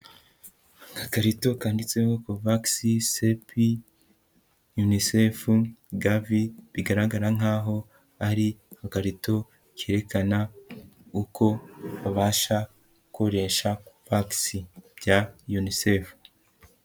Agakarito kanditseho kovagisi, sepi, unicef, gavi bigaragara nk'aho ari agakarito kerekana uko babasha gukoresha bya vagisi nya unicef.